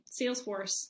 Salesforce